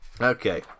Okay